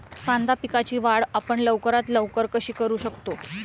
कांदा पिकाची वाढ आपण लवकरात लवकर कशी करू शकतो?